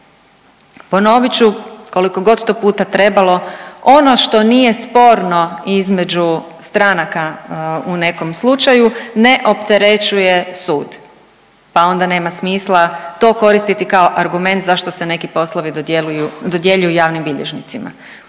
Ponovit ću koliko god to puta trebalo, ono što nije sporno između stranaka u nekom slučaju ne opterećuje sud, pa onda nema smisla to koristiti kao argument zašto se neki poslovi dodjeljuju javnim bilježnicima,